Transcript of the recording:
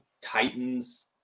Titans